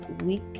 week